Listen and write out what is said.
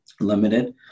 limited